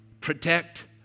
protect